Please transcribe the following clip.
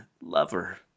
lover